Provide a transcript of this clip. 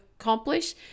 accomplish